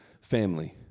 family